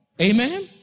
Amen